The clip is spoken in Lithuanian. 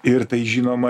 ir tai žinoma